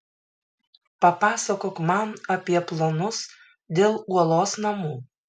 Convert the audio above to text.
papasakok man apie planus dėl uolos namų